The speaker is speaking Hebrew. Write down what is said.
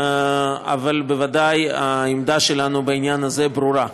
אבל בוודאי העמדה שלנו בעניין הזה ברורה.